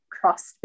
trust